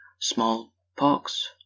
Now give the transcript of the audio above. smallpox